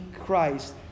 Christ